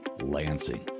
Lansing